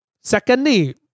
Secondly